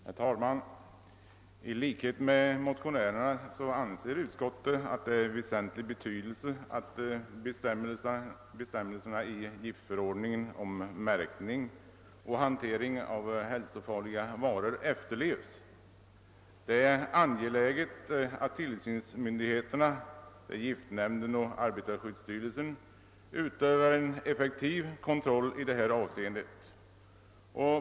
Herr talman! I likhet med motionärerna anser utskottet att det är av väsentlig betydelse att bestämmelserna i giftförordningen om märkning och hantering av hälsofarliga varor efterlevs och att tillsynsmyndigheterna — giftnämnden och arbetarskyddsstyrelsen — utövar en effektiv kontroll i detta avseende.